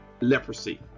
leprosy